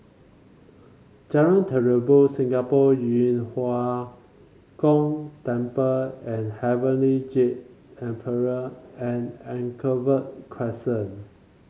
Jalan Terubok Singapore Yu Huang Gong Temple and Heavenly Jade Emperor and Anchorvale Crescent